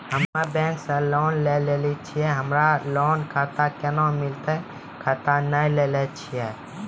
हम्मे बैंक से लोन लेली छियै हमरा लोन खाता कैना मिलतै खाता नैय लैलै छियै?